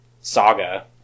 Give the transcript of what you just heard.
saga